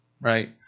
right